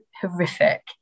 horrific